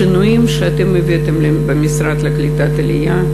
בשינויים שאתם הבאתם, המשרד לקליטת העלייה,